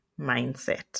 mindset